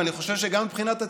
ואני חושב שגם מבחינת הציבור.